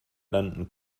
landen